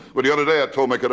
but the other day i told my kid, i